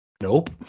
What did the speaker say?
Nope